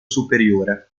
superiore